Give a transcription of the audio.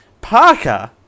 Parker